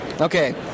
Okay